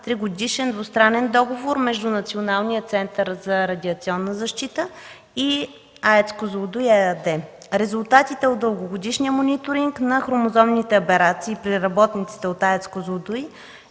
тригодишен двустранен договор между Националния център за радиационна защита и АЕЦ „Козлодуй” ЕАД. Резултатите от дългогодишния мониторинг на хромозомните аберации при работниците от АЕЦ „Козлодуй”